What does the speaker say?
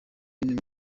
bintu